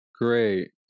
great